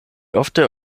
ofte